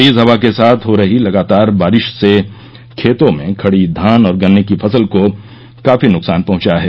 तेज हवा के साथ हो रही लगातार बारिश से खेतों में खड़ी धान और गन्ने की फसल को काफी नुकसान पहुंचा है